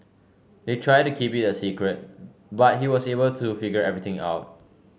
they tried to keep it a secret but he was able to figure everything out